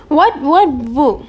what what book